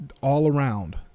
all-around